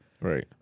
Right